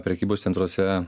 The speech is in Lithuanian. prekybos centruose